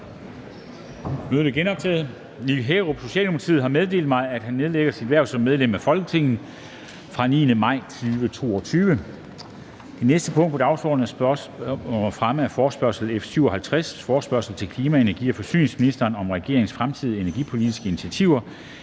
Mødet er genoptaget. Nick Hækkerup (S) har meddelt mig, at han nedlægger sit hverv som medlem af Folketinget fra den 9. maj 2022. --- Det næste punkt på dagsordenen er: 2) Spørgsmål om fremme af forespørgsel nr. F 57: Forespørgsel til klima-, energi- og forsyningsministeren om regeringens fremtidige energipolitiske initiativer